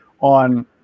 on